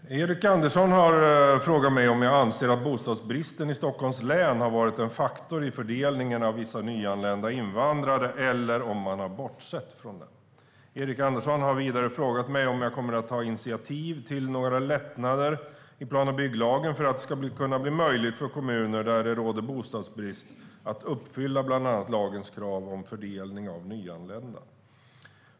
Fru talman! Erik Andersson har frågat mig om jag anser att bostadsbristen i Stockholms län har varit en faktor i fördelningen av vissa nyanlända invandrare, eller om man har bortsett från den. Erik Andersson har vidare frågat mig om jag kommer att ta initiativ till några lättnader i plan och bygglagen för att det ska kunna bli möjligt för kommuner där det råder bostadsbrist att uppfylla bland annat lagens krav om fördelning av nyanlända.